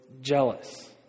jealous